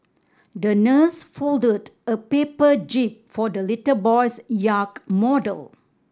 the nurse folded a paper jib for the little boy's yacht model